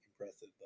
impressive